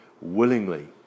willingly